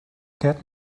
get